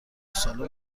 ساله